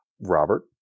Robert